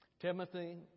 Timothy